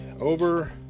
over